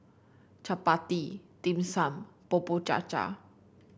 chappati Dim Sum Bubur Cha Cha